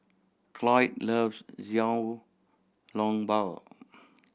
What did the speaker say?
Cloyd loves Xiao Long Bao